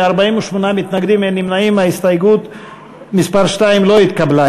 ההסתייגות (2)